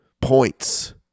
points